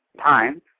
time